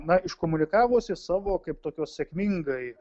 na iškomunikavusi savo kaip tokios sėkmingai